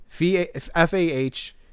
F-A-H